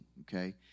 okay